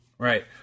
Right